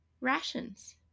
rations